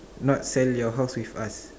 not sell your house with us